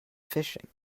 fishing